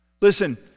Listen